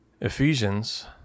Ephesians